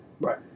Right